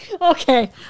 Okay